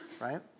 right